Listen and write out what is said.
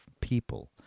people